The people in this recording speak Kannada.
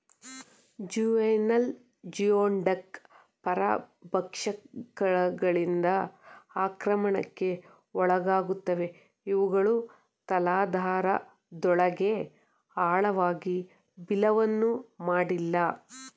ಜುವೆನೈಲ್ ಜಿಯೋಡಕ್ ಪರಭಕ್ಷಕಗಳಿಂದ ಆಕ್ರಮಣಕ್ಕೆ ಒಳಗಾಗುತ್ತವೆ ಅವುಗಳು ತಲಾಧಾರದೊಳಗೆ ಆಳವಾಗಿ ಬಿಲವನ್ನು ಮಾಡಿಲ್ಲ